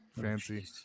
Fancy